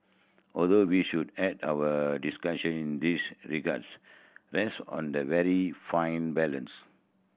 although we should add our discussion this regards rest on the very fine balance